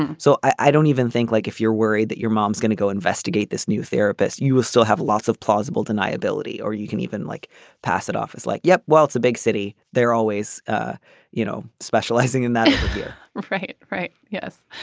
and so i don't even think like if you're worried that your mom is gonna go investigate this new therapist you will still have lots of plausible deniability or you can even like pass it off as like yep well it's a big city they're always ah you know specializing in that right. right. yes.